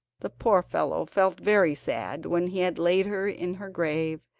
the poor fellow felt very sad when he had laid her in her grave,